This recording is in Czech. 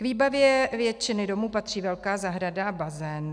K výbavě většiny domů patří velká zahrada a bazén.